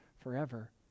forever